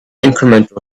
incremental